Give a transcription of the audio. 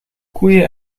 koeien